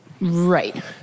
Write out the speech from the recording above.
Right